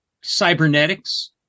cybernetics